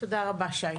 תודה רבה, שי.